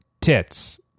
tits